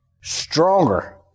stronger